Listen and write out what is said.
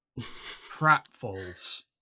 Pratfalls